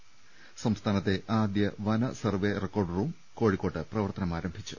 ്മ സംസ്ഥാനത്തെ ആദ്യ വനസർവ്വേ റെക്കോർഡ് റൂം കോഴിക്കോട്ട് പ്രവർത്തനമാരംഭിച്ചു